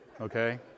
okay